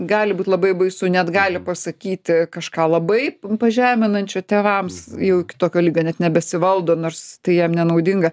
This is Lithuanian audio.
gali būt labai baisu net gali pasakyti kažką labai pažeminančio tėvams jau iki tokio lygio net nebesivaldo nors tai jam nenaudinga